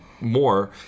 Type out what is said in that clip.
more